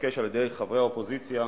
שהתבקש על-ידי חברי האופוזיציה,